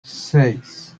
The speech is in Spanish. seis